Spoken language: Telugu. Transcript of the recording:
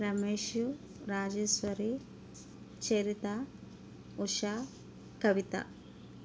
రమేషు రాజేశ్వరి చరిత ఉష కవిత